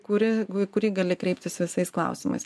kuri į kurį gali kreiptis visais klausimais